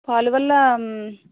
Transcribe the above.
పాలు వల్ల